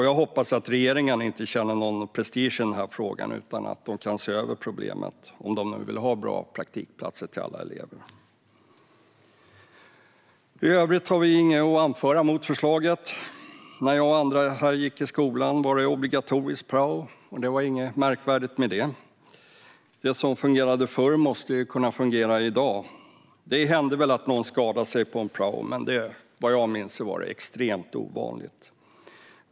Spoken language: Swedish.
Jag hoppas att regeringen inte känner någon prestige i denna fråga utan kan se över problemet, om man nu vill ha bra praktikplatser till alla elever. I övrigt har vi inget att anföra mot förslaget. När jag och andra här gick i skolan var det obligatorisk prao, och det var inget märkvärdigt med det. Det som fungerade förr måste kunna fungera i dag. Det hände väl att någon skadade sig på en prao, men vad jag minns var det extremt ovanligt.